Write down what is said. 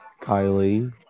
Kylie